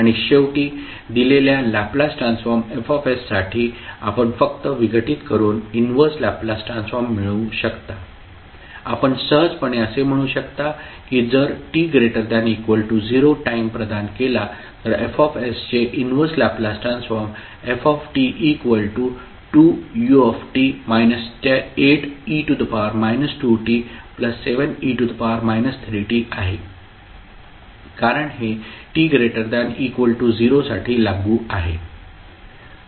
आणि शेवटी दिलेल्या लॅपलास ट्रान्सफॉर्म F साठी आपण फक्त विघटित करून इनव्हर्स लॅपलास ट्रान्सफॉर्म मिळवू शकता आपण सहजपणे असे म्हणू शकता की जर t ≥ 0 टाईम प्रदान केला तर F चे inverse Laplace transform ft2ut 8e 2t7e 3t आहे कारण हे t ≥ 0 साठी लागू आहे